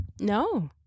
no